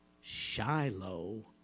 Shiloh